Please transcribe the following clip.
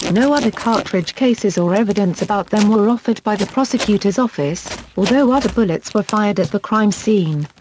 no other cartridge cases or evidence about them were offered by the prosecutor's office, although other bullets were fired at the crime scene.